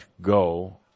go